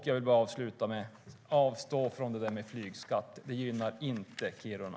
Jag vill avsluta med att säga: Avstå från flygskatt! Det gynnar inte Kiruna.